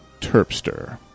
Terpster